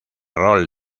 rol